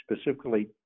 specifically